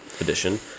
edition